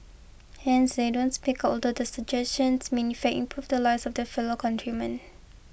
hence they don't speak although their suggestions may in fact improve the lives of their fellow countrymen